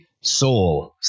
soul